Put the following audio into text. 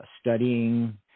studying